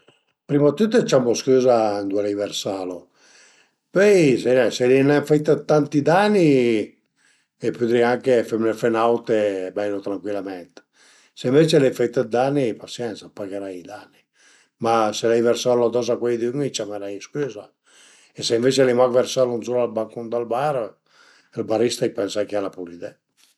Scrivi ün bièt dë ringrasiament al e nen tant facil anche perché döve truvé, truvé le parole giüste prima dë tüt deve ringrasié la persun-a che völe che völe ringrasié, deve scrivi 'na mutivasiun e tante autre coze, al e nen facil comuncue, mi sai nen, sarìa forse nen ën gradu